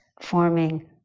forming